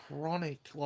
chronic